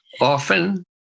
often